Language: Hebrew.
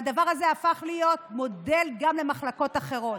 והדבר הזה הפך להיות מודל גם למחלקות אחרות.